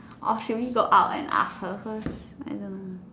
or should we go out and ask her first I don't know